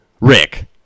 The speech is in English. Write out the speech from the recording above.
Rick